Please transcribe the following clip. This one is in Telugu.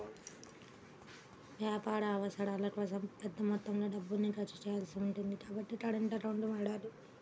వ్యాపార అవసరాల కోసం పెద్ద మొత్తంలో డబ్బుల్ని ఖర్చు చేయాల్సి ఉంటుంది కాబట్టి కరెంట్ అకౌంట్లను వాడాలి